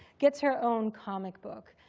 gets her own comic book.